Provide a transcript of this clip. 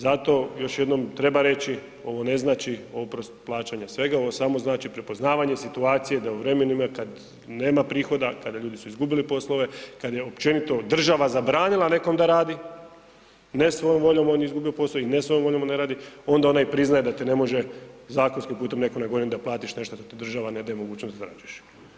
Zato još jednom treba reći, ovo ne znači oprost od plaćanja svega, ovo samo znači prepoznavanje situacije da u vremenima kada nema prihoda, kada ljudi su izgubili poslove, kad je općenito država zabranila nekome da radi, ne svojom voljom on je izgubio posao i ne svojom voljom on ne radi, onda ona i priznaje da te ne može zakonskim putem neko nagovoriti da platiš nešto što ti država ne daje mogućnost da zarađuješ.